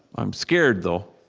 i'm scared, though.